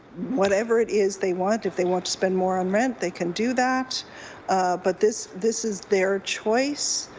whatever it is they want. if they want to spend more on rent they can do that but this this is their choice.